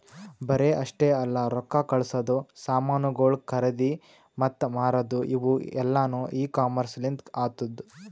ಬರೇ ಅಷ್ಟೆ ಅಲ್ಲಾ ರೊಕ್ಕಾ ಕಳಸದು, ಸಾಮನುಗೊಳ್ ಖರದಿ ಮತ್ತ ಮಾರದು ಇವು ಎಲ್ಲಾನು ಇ ಕಾಮರ್ಸ್ ಲಿಂತ್ ಆತ್ತುದ